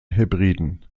hebriden